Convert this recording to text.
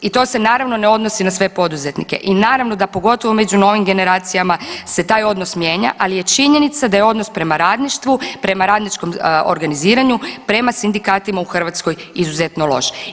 I to se naravno ne odnosi na sve poduzetnike i naravno da pogotovo među novim generacijama se taj odnos mijenja, ali je činjenica da je odnos prema radništvu, prema radničkom organiziranju, prema sindikatima u Hrvatskoj izuzetno loš.